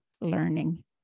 learning